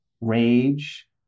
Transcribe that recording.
rage